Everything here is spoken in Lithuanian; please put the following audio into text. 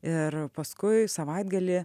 ir paskui savaitgalį